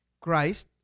Christ